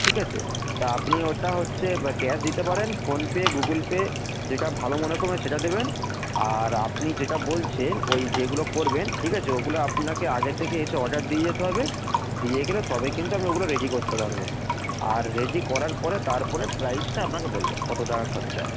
ঠিক আছে তা আপনি ওটা হচ্ছে ক্যাশ দিতে পারেন ফোনপে গুগল পে যেটা ভালো মনে করবেন সেটা দেবেন আর আপনি যেটা বলছেন ওই যেগুলো করবেন ঠিক আছে ওগুলো আপনাকে আগে থেকে এসে অর্ডার দিয়ে যেতে হবে দিয়ে গেলে তবে কিন্তু আমি ওগুলো রেডি করতে পারবো আর রেডি করার পরে তারপরে প্রাইসটা আপনাকে বলবো কত টাকা খরচা